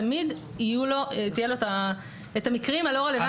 תמיד יהיו לו את המקרים רלוונטיים.